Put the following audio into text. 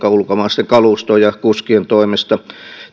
ulkomaisen kaluston ja kuskien toimesta